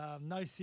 No